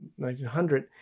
1900